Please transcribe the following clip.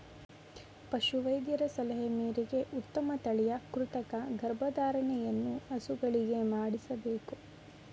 ಪಶು ವೈದ್ಯರ ಸಲಹೆ ಮೇರೆಗೆ ಉತ್ತಮ ತಳಿಯ ಕೃತಕ ಗರ್ಭಧಾರಣೆಯನ್ನು ಹಸುಗಳಿಗೆ ಮಾಡಿಸಬೇಕು